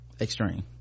Extreme